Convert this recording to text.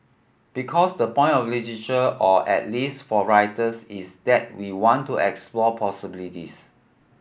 because the point of literature or at least for writers is that we want to explore possibilities